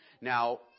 Now